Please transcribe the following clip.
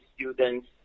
students